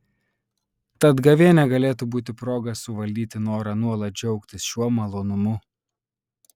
tad gavėnia galėtų būti proga suvaldyti norą nuolat džiaugtis šiuo malonumu